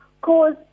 cause